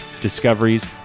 discoveries